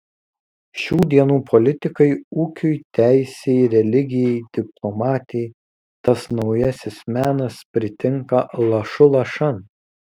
šių dienų politikai ūkiui teisei religijai diplomatijai tas naujasis menas pritinka lašu lašan